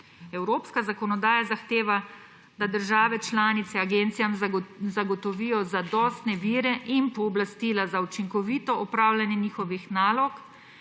Evropska zakonodaja zahteva, da države članice agencijam zagotovijo zadostne vire in pooblastila za učinkovito opravljanje njihovih nalog,